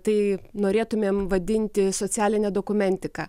tai norėtumėm vadinti socialine dokumentika